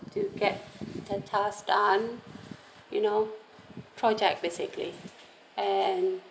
to get the task done you know project basically and